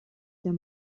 der